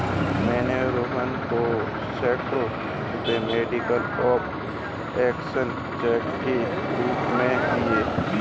मैंने रोहन को सौ रुपए मीडियम ऑफ़ एक्सचेंज के रूप में दिए